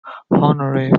honorary